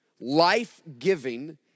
life-giving